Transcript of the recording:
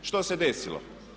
Što se desilo?